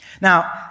Now